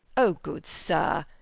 o, good sir!